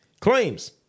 Claims